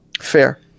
Fair